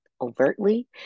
overtly